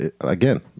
again